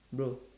no